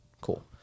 Cool